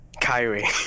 Kyrie